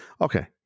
Okay